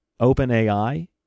OpenAI